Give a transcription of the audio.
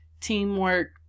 Teamwork